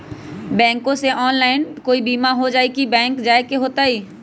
Bank से online कोई बिमा हो जाई कि बैंक जाए के होई त?